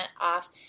off